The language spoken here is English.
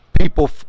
people